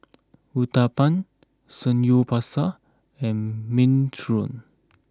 Uthapam Samgyeopsal and Minestrone